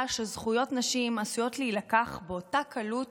שזכויות נשים עשויות להילקח באותה קלות